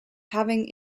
having